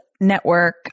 Network